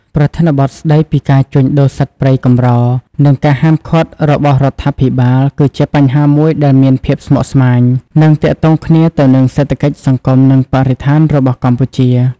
ប្រធានបទស្តីពីការជួញដូរសត្វព្រៃកម្រ និងការហាមឃាត់របស់រដ្ឋាភិបាល គឺជាបញ្ហាមួយដែលមានភាពស្មុគស្មាញ និងទាក់ទងគ្នាទៅនឹងសេដ្ឋកិច្ច សង្គម និងបរិស្ថានរបស់កម្ពុជា។